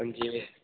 हां जी ऐ